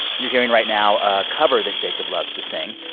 you're hearing right now a cover that jacob loves to sing,